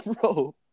Bro